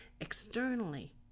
externally